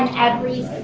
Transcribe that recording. and every